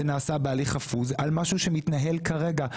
זה נעשה בהליך חפוז על משהו שמתנהל כרגע.